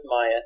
Maya